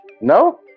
No